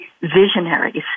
visionaries